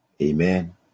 Amen